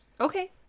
Okay